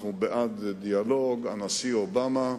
אנחנו בעד דיאלוג, הנשיא אובמה,